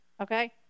okay